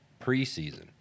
preseason